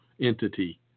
entity